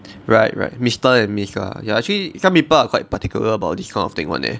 right right mister and miss lah ya actually some people are quite particular about this kind of thing [one] leh